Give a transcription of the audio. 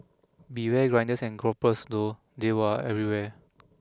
beware grinders and gropers though they were everywhere